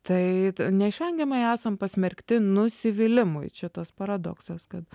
tai neišvengiamai esam pasmerkti nusivylimui čia tas paradoksas kad